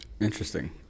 interesting